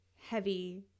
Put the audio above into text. heavy